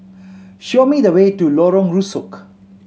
show me the way to Lorong Rusuk